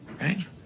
right